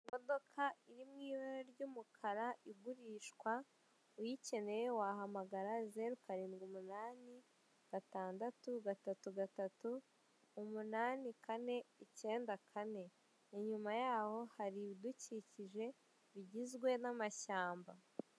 Imodoka iri mu ibara ry'umukara igurishwa, uyikeneye wahamagara zeru karindwi umunani, gatandatu gatatu gatatu, umunani kane, icyenda kane. Inyuma yaho hari ibidukikije bigizwe n'amashyamba.